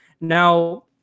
now